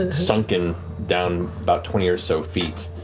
and sunken down about twenty or so feet,